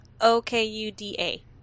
O-K-U-D-A